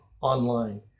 online